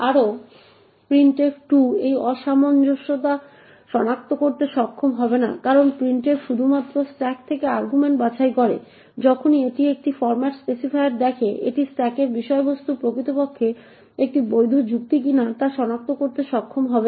আরও printf 2 এই অসামঞ্জস্যতা সনাক্ত করতে সক্ষম হবে না কারণ হল printf শুধুমাত্র স্ট্যাক থেকে আর্গুমেন্ট বাছাই করে যখনই এটি একটি ফর্ম্যাট স্পেসিফায়ার দেখে এটি স্ট্যাকের বিষয়বস্তু প্রকৃতপক্ষে একটি বৈধ যুক্তি কিনা তা সনাক্ত করতে সক্ষম হবে না